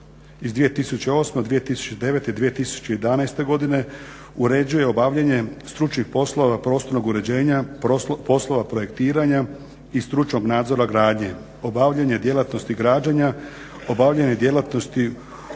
iz 2008., 2009. i 2011. godine uređuje obavljanje stručnih poslova prostornog uređenja, poslova projektiranja i stručnog nadzora gradnje, obavljanje djelatnosti građenja, obavljanje djelatnosti upravljanja